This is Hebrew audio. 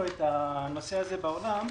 משה אבוטבול.